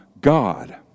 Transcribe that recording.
God